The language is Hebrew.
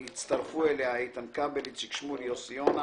הצטרפו אליה איתן כבל, איציק שמולי, יוסי יונה,